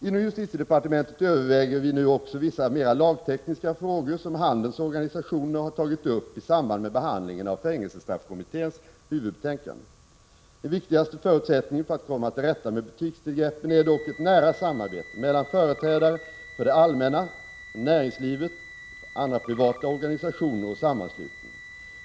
Inom justitiedepartementet överväger vi nu också vissa mera lagtekniska frågor som handelns organisationer har tagit upp i samband med behandlingen av fängelsestraffkommitténs huvudbetänkande. Den viktigaste förutsättningen för att komma till rätta med butikstillgreppen är dock ett nära samarbete mellan företrädare för det allmänna, näringslivet och andra privata organisationer och sammanslutningar.